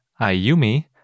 Ayumi